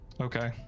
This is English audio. okay